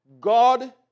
God